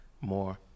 more